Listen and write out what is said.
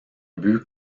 but